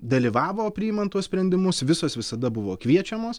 dalyvavo priimant tuos sprendimus visos visada buvo kviečiamos